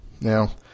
Now